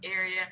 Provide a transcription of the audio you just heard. area